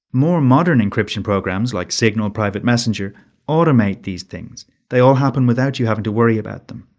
more modern encryption programs like signal private messenger automate these things they all happen without you having to worry about them.